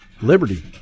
liberty